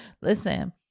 Listen